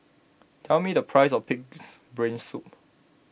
tell me the price of Pig's Brain Soup